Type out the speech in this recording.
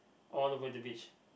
all over the beach